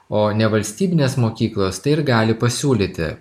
o nevalstybinės mokyklos tai ir gali pasiūlyti